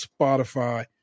Spotify